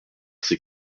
ses